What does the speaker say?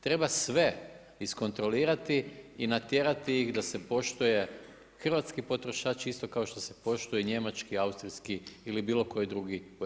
Treba sve iskontrolirati i natjerati ih da se poštuje hrvatski potrošači isto kao što se poštuje njemački, austrijski ili bilo koji drugi u EU-u.